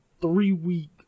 three-week